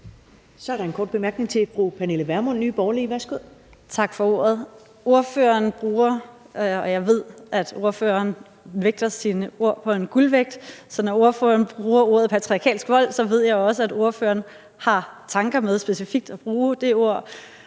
Så er der en kort bemærkning til fru Pernille Vermund, Nye Borgerlige. Værsgo. Kl. 13:45 Pernille Vermund (NB): Tak for ordet. Jeg ved, at ordføreren vejer sine ord på en guldvægt, så når ordføreren bruger ordene patriarkalsk vold, ved jeg også, at ordføreren har tanker med specifikt at bruge de ord.